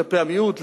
כלפי המיעוט,